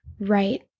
right